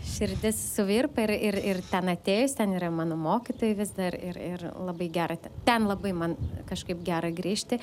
širdis suvirpa ir ir ir ten atėjus ten yra mano mokytojai vis dar ir ir labai gera ten labai man kažkaip gera grįžti